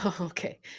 Okay